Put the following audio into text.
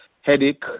headache